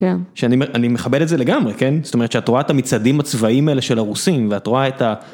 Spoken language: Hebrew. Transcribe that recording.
כן, שאני אומר, אני מכבד את זה לגמרי, כן? זאת אומרת שאת רואה את המצעדים הצבאיים האלה של הרוסים ואת רואה את ה...